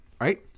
right